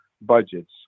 budgets